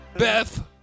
Beth